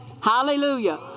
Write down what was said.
Hallelujah